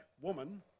woman